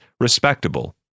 respectable